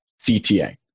CTA